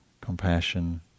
compassion